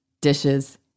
dishes